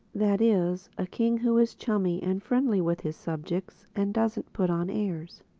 that is a king who is chummy and friendly with his subjects and doesn't put on airs.